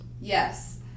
Yes